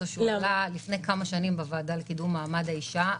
לפני כמה שנים בוועדה לקידום מעמד האישה,